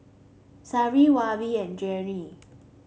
Shari Weaver and Janene